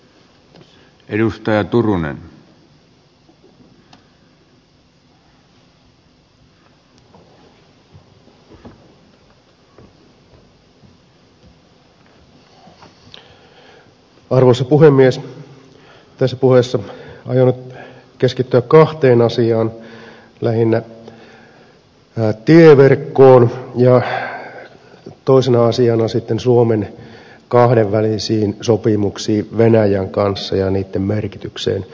tässä puheessa aion nyt keskittyä kahteen asiaan lähinnä tieverkkoon ja toisena asiana sitten suomen kahdenvälisiin sopimuksiin venäjän kanssa ja niitten merkitykseen